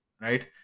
right